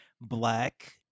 black